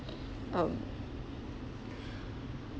mm